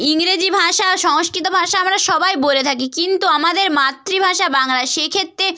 ইংরেজি ভাষা সংস্কৃত ভাষা আমরা সবাই বলে থাকি কিন্তু আমাদের মাতৃভাষা বাংলা সেক্ষেত্রে